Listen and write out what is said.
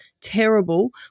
terrible